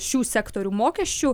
šių sektorių mokesčių